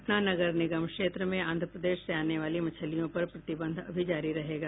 पटना नगर निगम क्षेत्र में आंध्र प्रदेश से आने वाली मछलियों पर प्रतिबंध अभी जारी रहेगा